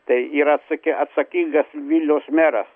tai yra atsaki atsakingas vilniaus meras